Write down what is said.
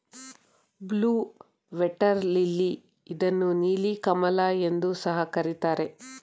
blue water lily ಇದನ್ನು ನೀಲಿ ಕಮಲ ಎಂದು ಸಹ ಕರಿತಾರೆ